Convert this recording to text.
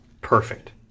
Perfect